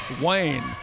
Wayne